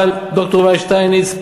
אבל ד"ר יובל שטייניץ,